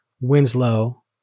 Winslow